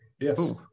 yes